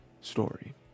story